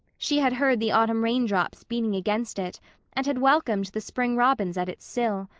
she had heard the autumn raindrops beating against it and had welcomed the spring robins at its sill.